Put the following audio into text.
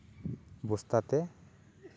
ᱵᱚᱥᱛᱟ ᱛᱮ